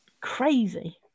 crazy